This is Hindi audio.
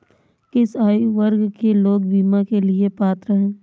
किस आयु वर्ग के लोग बीमा के लिए पात्र हैं?